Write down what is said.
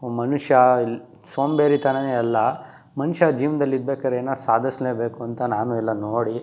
ಒಬ್ಬ ಮನುಷ್ಯ ಸೋಂಬೇರಿತನವೇ ಅಲ್ಲ ಮನುಷ್ಯ ಜೀವ್ನ್ದಲ್ಲಿ ಇರ್ಬೇಕಾರೆ ಏನಾರು ಸಾಧಿಸ್ಲೇಬೇಕು ಅಂತ ನಾನು ಎಲ್ಲ ನೋಡಿ